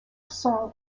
son